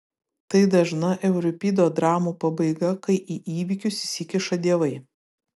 tai dažna euripido dramų pabaiga kai į įvykius įsikiša dievai